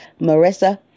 Marissa